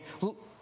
look